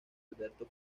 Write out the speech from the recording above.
alberto